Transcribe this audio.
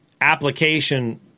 application